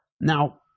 now